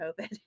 COVID